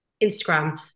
Instagram